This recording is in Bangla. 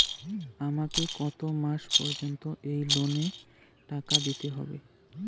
আমাকে কত মাস পর্যন্ত এই লোনের টাকা দিতে হবে?